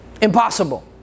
Impossible